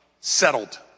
Settled